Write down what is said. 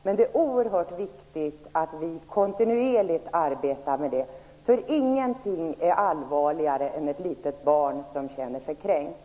Men det är oerhört viktigt att vi kontinuerligt arbetar med frågan. Ingenting är allvarligare än ett litet barn som känner sig kränkt.